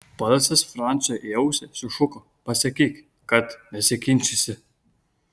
balsas franciui į ausį sušuko pasakyk kad nesiginčysi